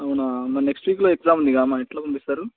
అవునా మరి నెక్స్ట్ వీక్లో ఎగ్జామ్ ఉంది అమ్మ ఎట్లా పంపిస్తారు